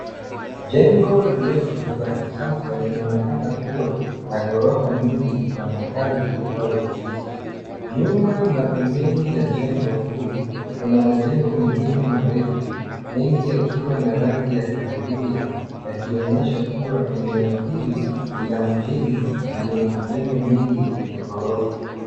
Jengo refu la kisasa linaonekana kuwa la gorofa nyingi za makazi au ofisi. Nyuma na pembeni ya jengo kuu, kuna majengo mengine marefu, mengi yakiwa na rangi ya kahawia yakionyesha kuwa eneo hili ni la mjini na lina majengo mengi ya gorofa.